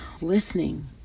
listening